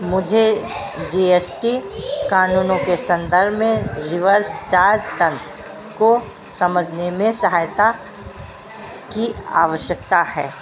मुझे G S T कानूनों के संदर्भ में रिवर्स चार्ज तंत्र को समझने में सहायता की आवश्यकता है